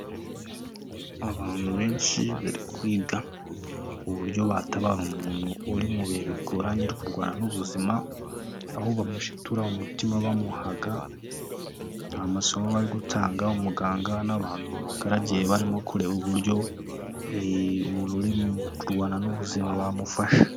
Abantu benshi bari kwiga, uburyo batabara umuntu uri mu bihe bigoranye uri kurwana n'ubuzima, aho bamushitura umutima bamuhaga, amasomo bari gutanga umuganga n'abantu babagaragiye barimo kureba uburyo umuntu uri mu kurwana n'ubuzima bamufasha.